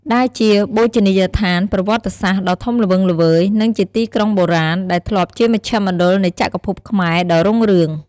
ដែលជាបូជនីយដ្ឋានប្រវត្តិសាស្ត្រដ៏ធំល្វឹងល្វើយ និងជាទីក្រុងបុរាណ ដែលធ្លាប់ជាមជ្ឈមណ្ឌលនៃចក្រភពខ្មែរដ៏រុងរឿង។